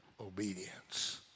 obedience